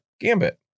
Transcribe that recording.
Gambit